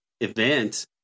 event